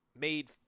made